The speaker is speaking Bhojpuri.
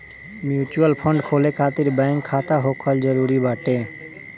म्यूच्यूअल फंड खोले खातिर बैंक खाता होखल जरुरी बाटे